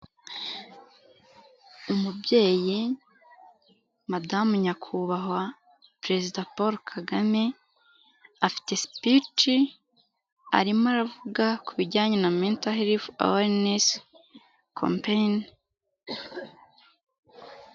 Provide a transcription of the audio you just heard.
Umubyeyi madamu nyakubahwa perezida Paul Kagame afite speech arimo aravuga ku bijyanye na mental health awareness campaign.